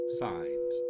signs